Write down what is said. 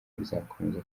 bizakomeza